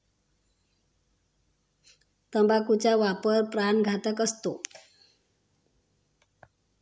तंबाखूचा वापर प्राणघातक असतो